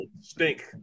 Stink